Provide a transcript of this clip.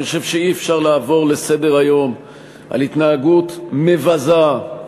אני חושב שאי-אפשר לעבור לסדר-היום על התנהגות מבזה,